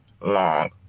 long